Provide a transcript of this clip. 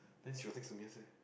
then she got fix her nails eh